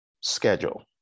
schedule